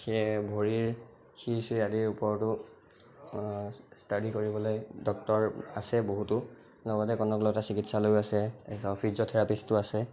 সেই ভৰিৰ সিৰ চিৰ আদিৰ ওপৰতো ষ্টাডি কৰিবলৈ ডক্টৰ আছে বহুতো লগতে কনকলতা চিকিৎসালয়ো আছে তাৰ পিছত ফিজিঅ'থেৰাপিষ্টো আছে